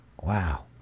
Wow